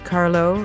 Carlo